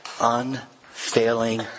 unfailing